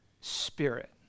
Spirit